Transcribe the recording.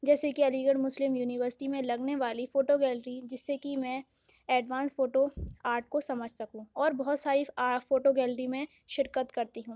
جیسے کہ Aligarh Muslim University میں لگنے والی فوٹو گیلری جس سے کہ میں ایڈوانس فوٹو آرٹ کو سمجھ سکوں اور بہت ساری فوٹو گیلری میں شرکت کرتی ہوں